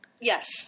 yes